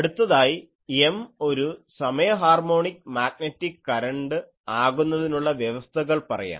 അടുത്തതായി M ഒരു സമയ ഹാർമോണിക് മാഗ്നെറ്റിക് കരണ്ട് ആകുന്നതിനുള്ള വ്യവസ്ഥകൾ പറയാം